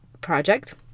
project